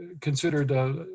considered